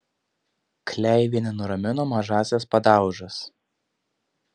kleivienė nuramino mažąsias padaužas